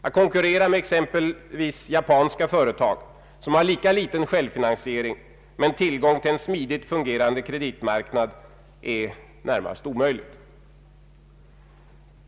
Att konkurrera med exempelvis japanska företag som har lika liten självfinansiering men tillgång till en smidigt fungerande kreditmarknad är närmast omöjligt.